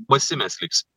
basi mes liksim